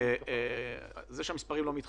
אבל על הרבה פחות ימי עבודה ימי עסקים כמו